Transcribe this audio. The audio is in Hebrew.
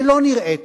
שלא נראה לי,